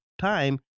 Time